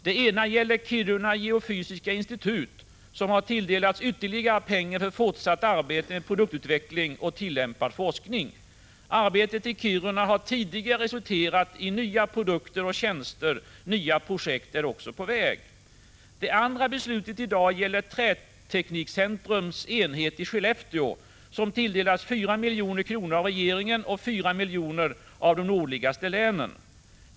Det ena gäller Kiruna geofysiska institut, som tilldelas ytterligare pengar för fortsatt arbete med produktutveckling och tillämpad forskning. I Kiruna har tidigare satsningar resulterat i nya produkter och tjänster. Nya projekt är också på väg. Det andra beslutet i dag gäller Träteknikcentrums enhet i Skellefteå, som tilldelas 4 milj.kr. av regeringen och 4 milj.kr. av de nordligaste länen.